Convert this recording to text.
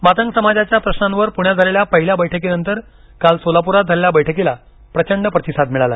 मातंग समाजाच्या प्रशांवर पुण्यात झालेल्या पहिल्या बैठकीनंतर काल सोलापुरात झालेल्या बैठकीला प्रचंड प्रतिसाद मिळाला